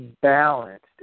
balanced